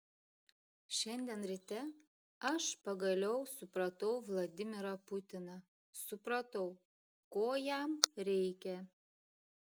šiandien ryte aš pagaliau supratau vladimirą putiną supratau ko jam reikia